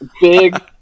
big